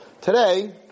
Today